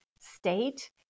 state